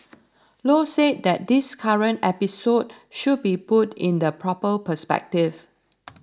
Low said that this current episode should be put in the proper perspective